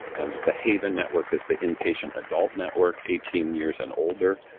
um the haiven network is the inpatient adult network, eighteen years and older,